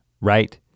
right